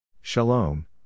Shalom